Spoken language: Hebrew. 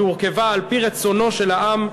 שהורכבה על-פי רצונו של העם,